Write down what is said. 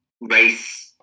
Race